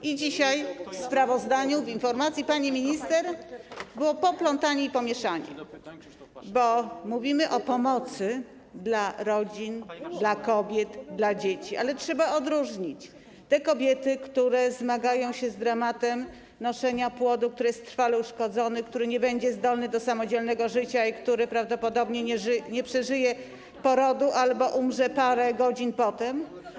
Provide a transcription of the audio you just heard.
I dzisiaj w sprawozdaniu, w informacji pani minister było poplątanie i pomieszanie, bo mówimy o pomocy dla rodzin, dla kobiet, dla dzieci, ale trzeba odróżnić te kobiety, które zmagają się z dramatem noszenia płodu, który jest trwale uszkodzony, który nie będzie zdolny do samodzielnego życia i który prawdopodobnie nie przeżyje porodu albo umrze parę godzin potem.